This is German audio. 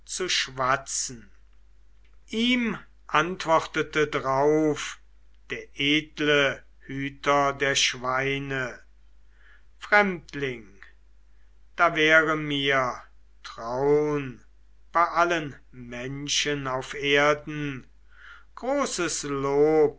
zu schwatzen ihm antwortete drauf der edle hüter der schweine fremdling da wäre mir traun bei allen menschen auf erden großes lob